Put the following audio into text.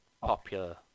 popular